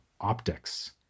optics